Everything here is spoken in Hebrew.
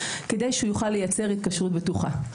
כדי שהוא יוכל לייצר התקשרות בטוחה.